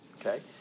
okay